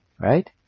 Right